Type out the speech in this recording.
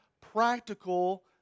practical